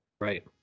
right